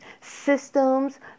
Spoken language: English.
systems